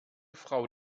frau